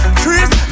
trees